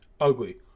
Ugly